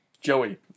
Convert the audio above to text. Joey